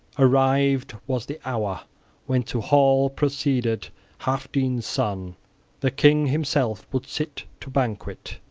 arrived was the hour when to hall proceeded healfdene's son the king himself would sit to banquet.